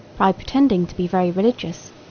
by pretending to be very religious,